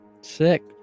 Sick